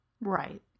Right